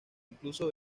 incluso